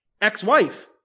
ex-wife